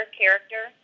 character